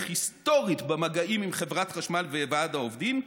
היסטורית במגעים עם חברת החשמל וועד העובדים,